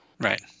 Right